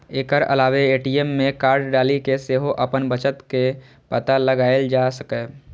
एकर अलावे ए.टी.एम मे कार्ड डालि कें सेहो अपन बचत के पता लगाएल जा सकैए